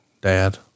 dad